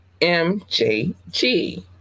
MJG